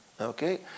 okay